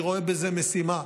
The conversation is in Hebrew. אני רואה בזה משימה.